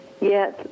Yes